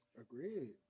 Agreed